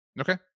Okay